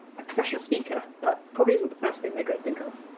a professional speaker, that probably isn't the first thing they're going to think of.